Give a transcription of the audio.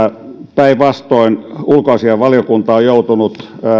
päinvastoin ulkoasiainvaliokunta on joutunut